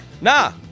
Nah